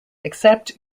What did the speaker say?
except